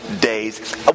days